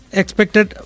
expected